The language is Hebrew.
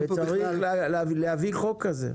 אין פה בכלל --- וצריך להביא חוק כזה.